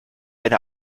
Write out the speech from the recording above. eine